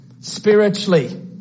spiritually